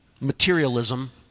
materialism